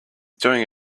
doing